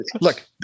look